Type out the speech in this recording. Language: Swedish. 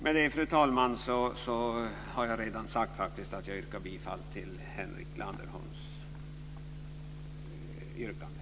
Med detta, fru talman, har jag alltså sagt att jag instämmer i Henrik Landerholms yrkande.